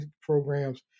programs